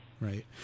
Right